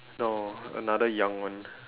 no another young one